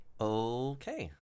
Okay